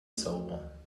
sauber